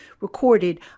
recorded